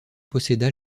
posséda